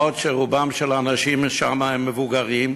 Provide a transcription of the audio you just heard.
מה עוד שרוב האנשים שם מבוגרים.